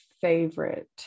favorite